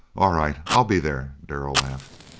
all right i'll be there, darrell laughed.